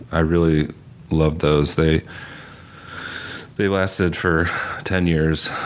i really loved those, they they lasted for ten years,